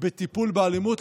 בטיפול באלימות.